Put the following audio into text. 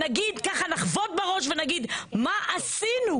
ונחבוט בראש ונגיד: מה עשינו?